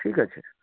ঠিক আছে